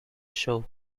show